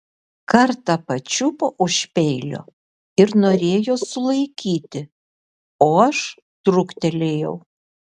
kartą pačiupo už peilio ir norėjo sulaikyti o aš truktelėjau